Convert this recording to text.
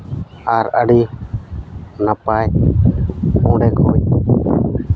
ᱟᱨ ᱟᱹᱰᱤ ᱱᱟᱯᱟᱭ ᱚᱸᱰᱮ ᱠᱷᱚᱱ